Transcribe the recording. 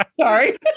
Sorry